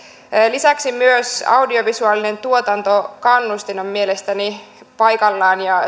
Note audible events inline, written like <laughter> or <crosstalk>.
lisäksi myös audiovisuaalinen tuotantokannustin on mielestäni paikallaan ja <unintelligible>